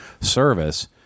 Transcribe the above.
service